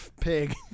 pig